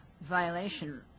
violation